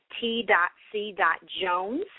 t.c.jones